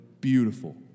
beautiful